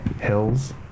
hills